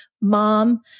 mom